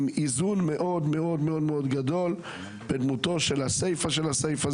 עם איזון מאוד-מאוד גדול בדמותו של הסיפא של הסיפא,